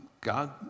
God